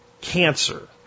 cancer